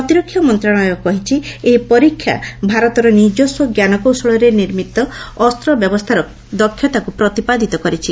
ପ୍ରତିରକ୍ଷା ମନ୍ତ୍ରଣାଳୟ କହିଛି' ଏହି ପରୀକ୍ଷା ଭାରତର ନିଜସ୍ୱ ଜ୍ଞାନ କୌଶଳରେ ନିର୍ମିତ ଅସ୍ତ ବ୍ୟବସ୍ଥାର ଦକ୍ଷତାକୃ ପ୍ରତିପାଦିତ କରିଛି